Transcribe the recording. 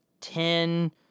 ten